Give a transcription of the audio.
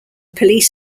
police